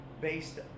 based